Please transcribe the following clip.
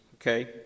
okay